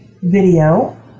video